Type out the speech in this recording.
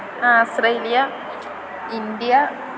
Australia India